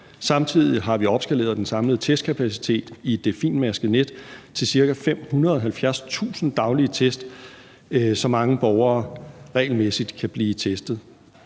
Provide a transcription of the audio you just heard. Samtidig har vi opskaleret den samlede testkapacitet i det finmaskede net til ca. 570.000 daglige test, så mange borgere regelmæssigt kan blive testet.